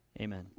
Amen